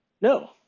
No